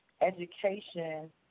Education